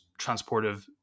transportive